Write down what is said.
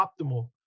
Optimal